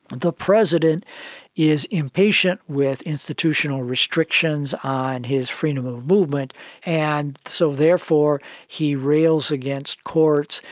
the president is impatient with institutional restrictions on his freedom of movement and so therefore he rails against courts,